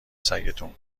سگتون